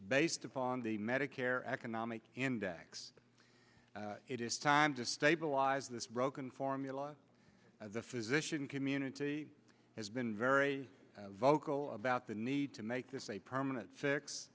based upon the medicare economic index it is time to stabilize this broken formula the physician community has been very vocal about the need to make this a permanent fix